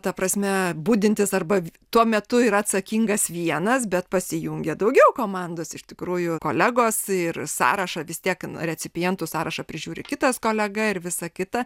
ta prasme budintis arba tuo metu yra atsakingas vienas bet pasijungia daugiau komandos iš tikrųjų kolegos ir sąrašą vis tiek recipientų sąrašą prižiūri kitas kolega ir visa kita